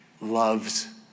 loves